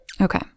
Okay